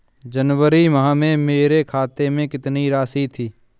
जनवरी माह में मेरे खाते में कितनी राशि थी?